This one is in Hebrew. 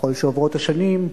ככל שעוברות השנים,